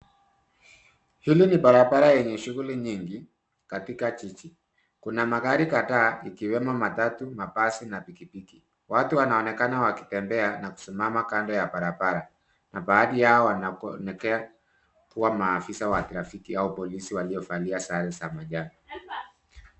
Hili ni barabara yenye shughuli nyingi katika jiji. Kuna magari kadhaa ikiwemo matatu na basi na pikipiki. Watu wanaonekana wakitembea na kusimama kando ya barabara na baadhi yao wanaonekana kuwa maafisa wa trafiki au polisi waliovalia sare za majani.